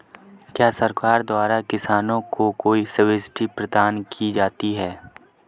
क्या सरकार द्वारा किसानों को कोई सब्सिडी प्रदान की जाती है?